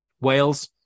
Wales